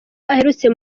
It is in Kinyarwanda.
aherutse